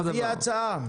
תביא הצעה.